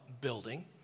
building